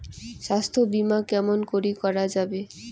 স্বাস্থ্য বিমা কেমন করি করা যাবে?